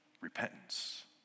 Repentance